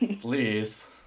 Please